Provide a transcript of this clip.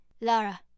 Lara